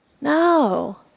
No